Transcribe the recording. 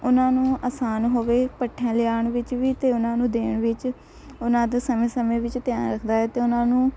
ਉਹਨਾਂ ਨੂੰ ਆਸਾਨ ਹੋਵੇ ਭੱਠਿਆਂ ਲਿਆਉਣ ਵਿੱਚ ਵੀ ਅਤੇ ਉਹਨਾਂ ਨੂੰ ਦੇਣ ਵਿੱਚ ਉਹਨਾਂ ਤੋਂ ਸਮੇਂ ਸਮੇਂ ਵਿੱਚ ਧਿਆਨ ਰੱਖਦਾ ਏ ਅਤੇ ਉਹਨਾਂ ਨੂੰ